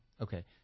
Okay